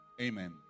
Amen